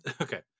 okay